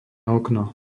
okno